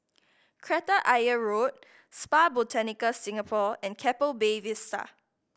Kreta Ayer Road Spa Botanica Singapore and Keppel Bay Vista